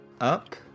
up